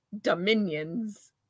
Dominions